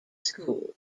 schools